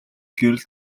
гэрэл